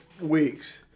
weeks